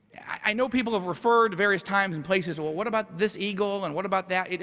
i know people have referred various times and places. well, what about this eagle and what about that?